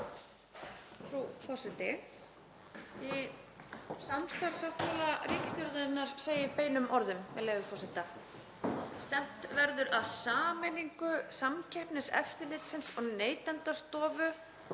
Frú forseti. Í samstarfssáttmála ríkisstjórnarinnar segir beinum orðum, með leyfi forseta: „Stefnt verður að sameiningu Samkeppniseftirlitsins og Neytendastofu